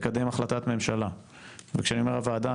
לקדם החלטת ממשלה וכשאני אומר הוועדה,